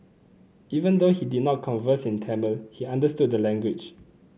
even though he did not converse in Tamil he understood the language